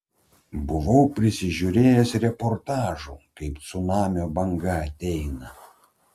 buvau prisižiūrėjęs reportažų kaip cunamio banga ateina